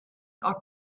are